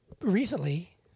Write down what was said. recently